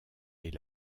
est